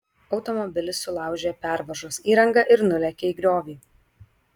automobilis sulaužė pervažos įrangą ir nulėkė į griovį